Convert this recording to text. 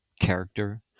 character